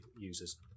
users